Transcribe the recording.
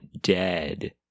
dead